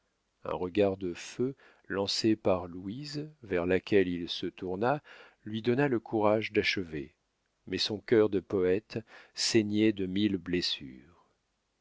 un regard de feu lancé par louise vers laquelle il se tourna lui donna le courage d'achever mais son cœur de poète saignait de mille blessures